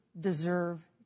deserve